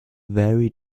very